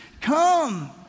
come